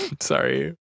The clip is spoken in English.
Sorry